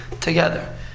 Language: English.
together